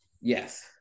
Yes